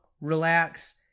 relax